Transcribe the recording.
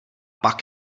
pak